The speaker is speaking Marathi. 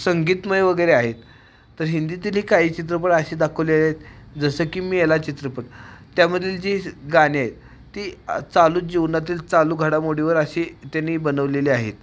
संगीतमय वगैरे आहेत तर हिंदीतीलही काही चित्रपट असे दाखवलेले आहेत जसं की मेला चित्रपट त्यामधील जी गाणे आहे ती चालू जीवनातील चालू घडामोडीवर अशी त्यांनी बनवलेली आहेत